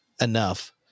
enough